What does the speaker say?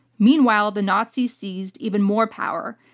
meanwhile, the nazis seized even more power,